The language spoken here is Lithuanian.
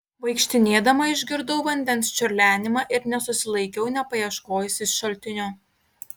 vaikštinėdama išgirdau vandens čiurlenimą ir nesusilaikiau nepaieškojusi šaltinio